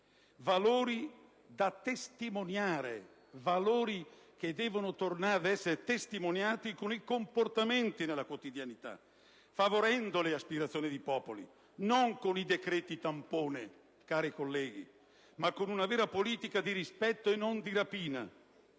valori da testimoniare che devono tornare ad essere testimoniati con i comportamenti nella quotidianità, favorendo le aspirazione dei popoli (non con i decreti tampone, cari colleghi), ma con una vera politica di rispetto e non di rapina.